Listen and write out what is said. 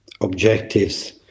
objectives